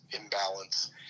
imbalance